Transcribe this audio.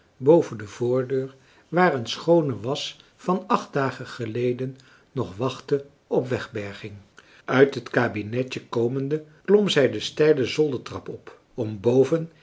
boven de voordeur waar een schoone wasch van acht dagen geleden nog wachtte op wegberging uit het kabinetje komende klom zij de steile zoldertrap op om